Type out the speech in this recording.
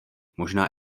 možná